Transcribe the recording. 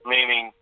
Meaning